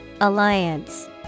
Alliance